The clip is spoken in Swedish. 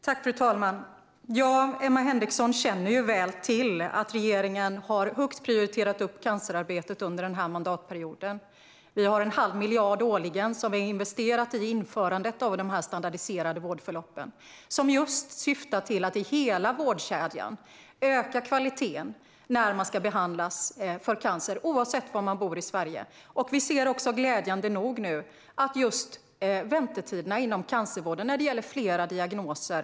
Fru talman! Emma Henriksson känner ju väl till att regeringen har prioriterat cancerarbetet högt under den här mandatperioden. Vi har investerat en halv miljard årligen i införandet av de standardiserade vårdförloppen, som just syftar till att i hela vårdkedjan öka kvaliteten när man ska behandlas för cancer - oavsett var man bor i Sverige. Glädjande nog ser vi nu också att just väntetiderna inom cancervården minskar när det gäller flera diagnoser.